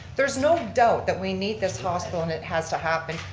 there's no doubt that we need this hospital and it has to happen.